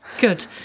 good